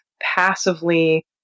passively